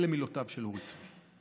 אלה מילותיו של אורי צבי.